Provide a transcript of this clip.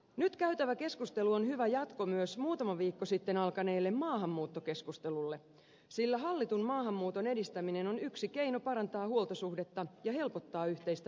nyt käytävä keskustelu on hyvä jatko myös muutama viikko sitten alkaneelle maahanmuuttokeskustelulle sillä hallitun maahanmuuton edistäminen on yksi keino parantaa huoltosuhdetta ja helpottaa yhteistä eläketaakkaamme